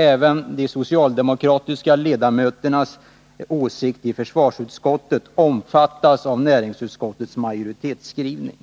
Även de socialdemokratiska försvarsutskottsledamöternas åsikt omfattas alltså av näringsutskottets majoritetsskrivning.